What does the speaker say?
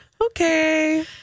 Okay